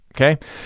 okay